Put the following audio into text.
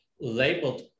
labeled